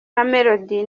mamelodi